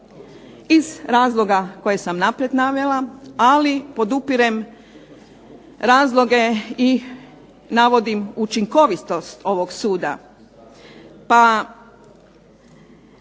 iz razloga koje sam napred navela, ali podupirem razloge i navodim učinkovitost ovog suda, pa